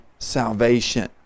salvation